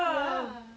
ya